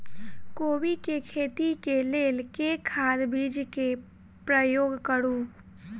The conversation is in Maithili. कोबी केँ खेती केँ लेल केँ खाद, बीज केँ प्रयोग करू?